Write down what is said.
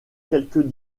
quelques